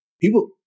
People